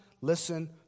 listen